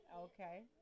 okay